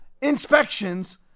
inspections